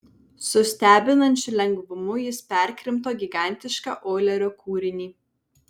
su stebinančiu lengvumu jis perkrimto gigantišką oilerio kūrinį